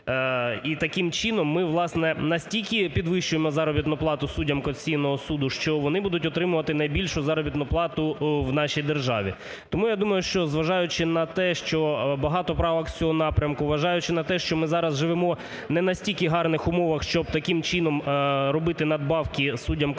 І таким чином ми, власне, настільки підвищуємо заробітну плату суддям Конституційного Суду, що вони будуть отримувати найбільшу заробітну плату в нашій державі. Тому я думаю, що, зважаючи на те, що багато правок з цього напрямку, зважаючи на те, що ми зараз живемо в не настільки гарних умовах, щоб таким чином робити надбавки суддям Конституційного Суду,